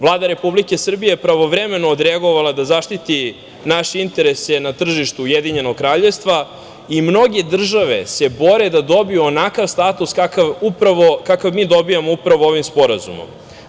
Vlada Republike Srbije je pravovremeno odreagovala da zaštiti naše interese na tržištu Ujedinjenog Kraljevstva i mnoge države se bore da dobiju onakav status kakav mi dobijamo upravo ovim sporazumom.